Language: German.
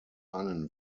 einen